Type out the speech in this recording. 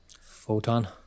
Photon